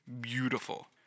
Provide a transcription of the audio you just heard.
beautiful